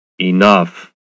ENOUGH